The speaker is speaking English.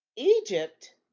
Egypt